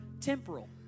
temporal